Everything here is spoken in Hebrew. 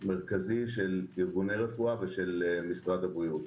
מרכזי של ארגוני רפואה ושל משרד הבריאות.